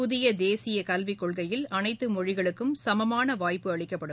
புதிய தேசிய கல்விக் கொள்கையில் அனைத்து மொழிகளுக்கும் சமமான வாய்ப்பு அளிக்கப்படும்